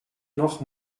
noch